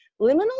Liminal